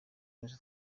twese